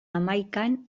hamaikan